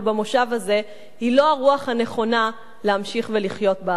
הזה היא לא הרוח הנכונה להמשיך ולחיות בארץ הזאת.